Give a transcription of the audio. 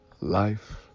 Life